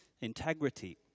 Integrity